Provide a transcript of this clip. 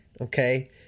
okay